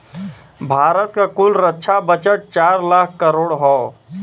भारत क कुल रक्षा बजट चार लाख करोड़ हौ